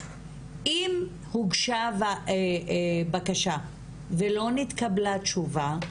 אם הוגשה בקשה ולא נתקבלה תשובה,